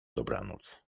dobranoc